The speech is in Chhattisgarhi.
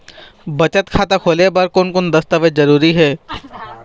बचत खाता खोले बर कोन कोन दस्तावेज जरूरी हे?